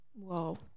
whoa